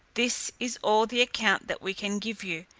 this is all the account that we can give you,